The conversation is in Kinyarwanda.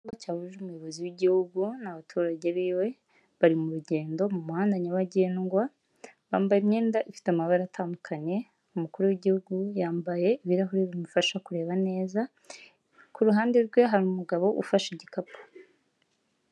Igikorwa cyahujije umuyobozi w'Igihugu n'abaturage biwe, bari mu rugendo mu muhanda nyabagendwa, bambaye imyenda ifite amabara atandukanye, umukuru w'Igihugu yambaye ibirahure bimufasha kureba neza, ku ruhande rwe harimu umugabo ufashe igikapu.